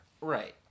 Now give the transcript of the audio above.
Right